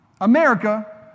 America